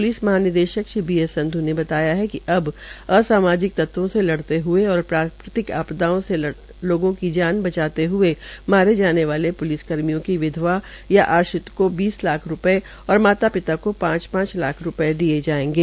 police महानिदेशक Shri B S Sandhu ने बताया कि अब आसामाजिक तत्वों से लड़ते हए और प्राककित आपदाओं से लोगों की जान बचाते हए मारे जाने वाले प्लिस कर्मियों की विध्वा या आश्रित को बीस लाख रूपये और माता पिता को पांच पांच लाख रूपये दिये जायेंगे